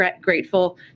grateful